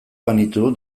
banitu